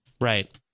Right